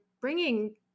bringing